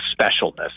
specialness